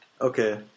Okay